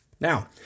Now